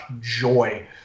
joy